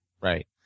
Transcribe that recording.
Right